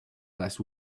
last